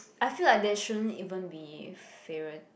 I feel like there shouldn't even be favoura~